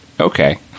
Okay